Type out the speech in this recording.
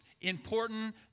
important